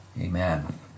Amen